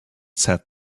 said